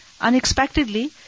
unexpectedly